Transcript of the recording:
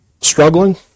struggling